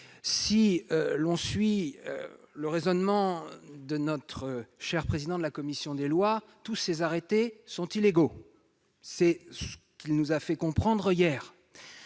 Si l'on suit le raisonnement de notre cher président de la commission des lois, tous ces arrêtés sont illégaux- c'est ce qu'il nous a fait comprendre hier.